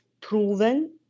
proven